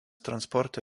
transporto